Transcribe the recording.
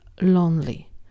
lonely